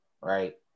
right